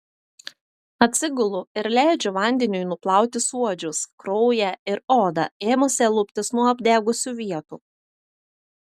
atsigulu ir leidžiu vandeniui nuplauti suodžius kraują ir odą ėmusią luptis nuo apdegusių vietų